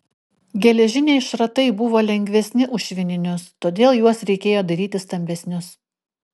geležiniai šratai buvo lengvesni už švininius todėl juos reikėjo daryti stambesnius